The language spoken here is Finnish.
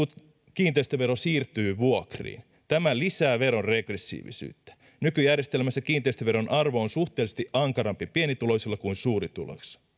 kiinteistövero siirtyy vuokriin tämä lisää veron regressiivisyyttä nykyjärjestelmässä kiinteistöveron arvo on suhteellisesti ankarampi pienituloisilla kuin suurituloisilla